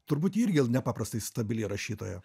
turbūt irgi nepaprastai stabili rašytoja